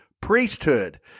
priesthood